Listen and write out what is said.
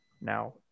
Now